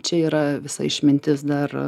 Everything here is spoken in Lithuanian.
čia yra visa išmintis dar